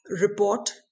report